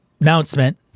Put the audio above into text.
announcement